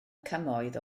cymoedd